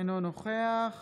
אינו נוכח